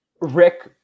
rick